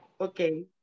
okay